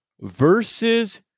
versus